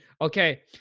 okay